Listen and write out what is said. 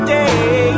day